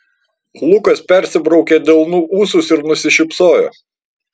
lukas persibraukė delnu ūsus ir nusišypsojo